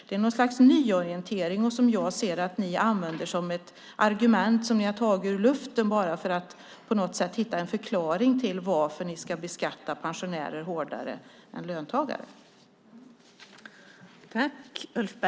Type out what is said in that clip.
Det är något slags nyorientering som jag ser att ni använder som ett argument taget ur luften för att på något sätt hitta en förklaring till varför ni ska beskatta pensionärer hårdare än löntagare.